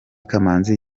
kamanzi